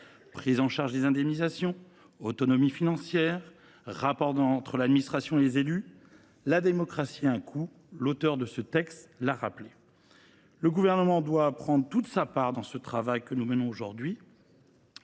prise en charge des indemnisations, à l’autonomie financière, aux rapports entre l’administration et les élus. La démocratie a un coût, l’auteur de ce texte l’a rappelé. Le Gouvernement doit prendre toute sa part dans le travail que nous menons aujourd’hui.